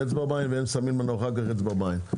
אצבע בעין והם שמים לנו אחר כך אצבע בעין.